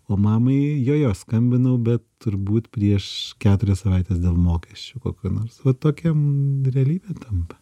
o mamai jo jo skambinau bet turbūt prieš keturias savaites dėl mokesčių kokių nors va tokia realybė tampa